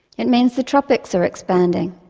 it means the tropics are expanding,